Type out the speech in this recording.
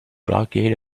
blockade